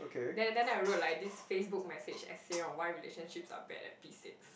then then I wrote like this Facebook message essay on why relationships are bad at P-six